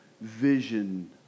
vision